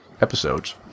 episodes